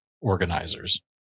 organizers